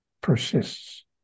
persists